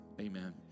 Amen